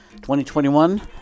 2021